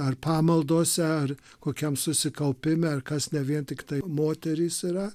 ar pamaldose ar kokiam susikaupime ar kas ne vien tiktai moterys yra